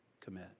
commit